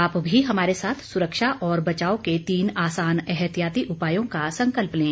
आप भी हमारे साथ सुरक्षा और बचाव के तीन आसान एहतियाती उपायों का संकल्प लें